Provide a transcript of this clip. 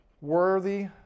worthy